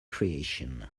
creation